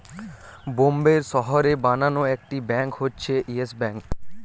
বোম্বের শহরে বানানো একটি ব্যাঙ্ক হচ্ছে ইয়েস ব্যাঙ্ক